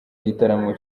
igitaramo